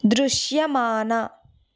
దృశ్యమాన